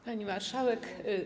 Pani Marszałek!